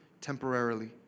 temporarily